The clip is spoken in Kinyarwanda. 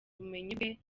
ubumenyi